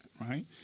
right